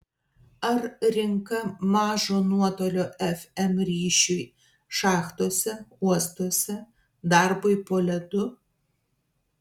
ar rinka mažo nuotolio fm ryšiui šachtose uostuose darbui po ledu